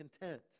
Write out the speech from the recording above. content